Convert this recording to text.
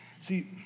See